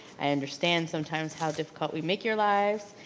i understand sometimes how difficult we make your lives,